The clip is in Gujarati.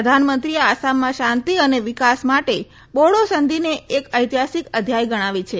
પ્રધાનમંત્રીએ આસામમાં શાંતિ અને વિકાસ માટે બોડી સંધિને એક ઐતિહાસિક અધ્યાય ગણાવી છે